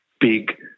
big